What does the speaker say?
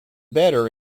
better